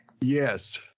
Yes